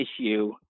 issue